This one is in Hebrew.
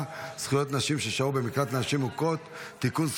(זכויות נשים ששהו במקלט לנשים מוכות) (תיקון,